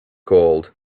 called